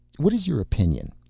what is your opinion?